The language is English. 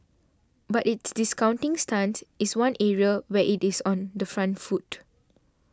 but its discounting stance is one area where it is on the front foot